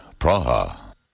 Praha